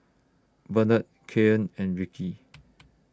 Bernard Kailyn and Ricky